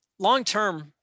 Long-term